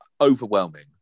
overwhelming